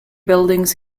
buildings